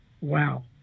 wow